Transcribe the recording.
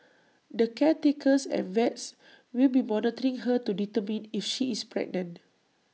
the caretakers and vets will be monitoring her to determine if she is pregnant